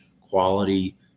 quality